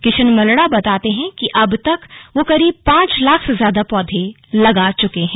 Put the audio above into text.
किशन मलड़ा बताते है कि अब तक वह करीब पांच लाख से ज्यादा पौंधे लगा चुके हैं